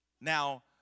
Now